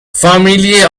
فامیلی